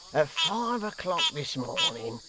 at five o'clock this morning,